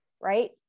right